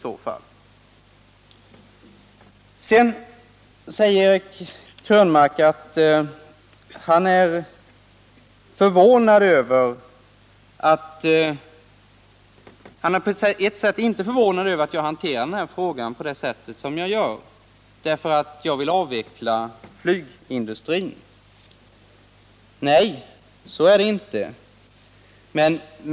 Sedan säger herr Krönmark att han på ett sätt inte är förvånad över att jag hanterar den här frågan så som jag gör — därför att jag vill avveckla flygindustrin. Nej, så är det inte.